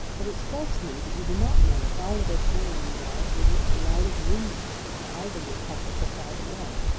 but it strikes me that you do not know how little prone you are to admit the light of reason into either your public or private life,